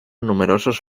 numerosos